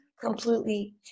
completely